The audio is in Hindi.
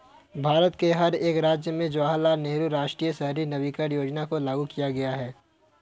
भारत के हर एक राज्य में जवाहरलाल नेहरू राष्ट्रीय शहरी नवीकरण योजना को लागू किया गया है